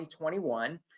2021